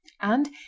and